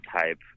type